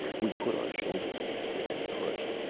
we put our shoulders against it and pushed.